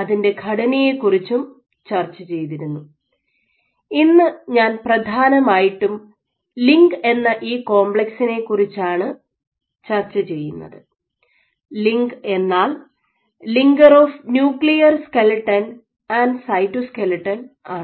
അതിൻ്റെ ഘടനയെ കുറിച്ചും ചർച്ച ചെയ്തിരുന്നു ഇന്നു ഞാൻ പ്രധാനമായിട്ടും ലിങ്ക് എന്ന ഈ കോംപ്ലക്സിനെ കുറിച്ചാണ് ചർച്ച ചെയ്യുന്നത് ലിങ്ക് എന്നാൽ linker of nuclear skeleton and cytoskeleton ആണ്